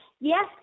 Yes